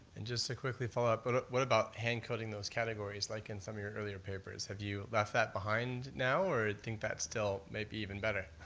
and just to quickly follow up, but what about hand-coding those categories, like in some of your earlier papers? have you left that behind now, or you think that's still maybe even better.